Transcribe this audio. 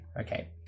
Okay